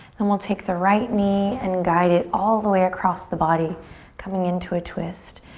and we'll take the right knee and guide it all the way across the body coming into a twist.